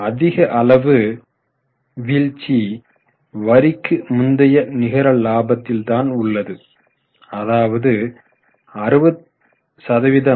அதிக அளவு வீழ்ச்சி வரிக்கு முந்தைய நிகர லாபத்தில் தான் உள்ளது அதாவது 60 சதவீதம்